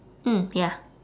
mm ya